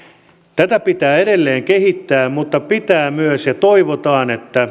tätä pitää edelleen kehittää mutta tämän hallituksen pitää myös nähdä ja toivotaan että